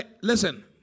listen